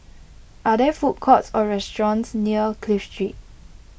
are there food courts or restaurants near Clive Street